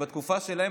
שבתקופה שלהם,